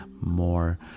more